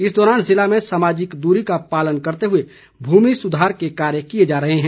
इस दौरान जिला में सामाजिक दूरी का पालन करते हुए भूमि सुधार के कार्य किए जा रहे है